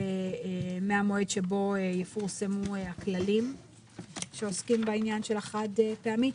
מהמועד שבו יפורסמו הכללים שעוסקים בכללים של החד-פעמי.